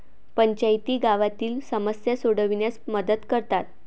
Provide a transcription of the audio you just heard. पंचायती गावातील समस्या सोडविण्यास मदत करतात